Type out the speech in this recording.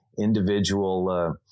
individual